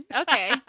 Okay